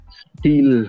steel